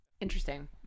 interesting